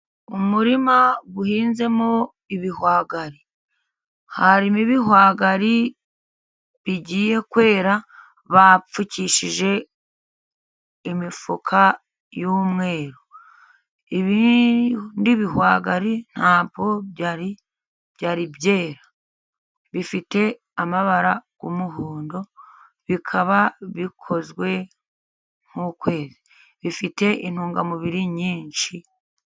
Umurima uhinzemo ibihwagari. harimo ibihwagari bigiye kwera, bapfukishije imifuka y'umweru, ibindi bihwagari nta bwo byari byera, bifite amabara y'umuhondo, bikaba bikozwe nk'ukwezi, bifite intungamubiri nyinshi.